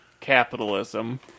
capitalism